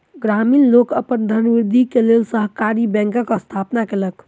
ग्रामीण लोक अपन धनवृद्धि के लेल सहकारी बैंकक स्थापना केलक